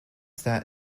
that